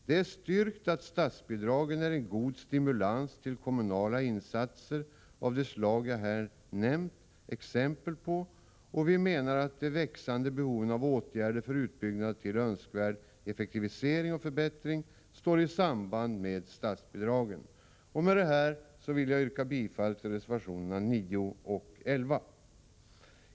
Det är styrkt att statsbidragen är en god stimulans till kommunala insatser av det slag jag här nämnt exempel på, och vi menar att de växande behoven av åtgärder för utbyggnad till önskvärd effektivisering och förbättring står i samband med statsbidragen. Med detta yrkar jag bifall till reservationerna 9 och 11.